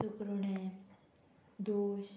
सुकुरउणें दोश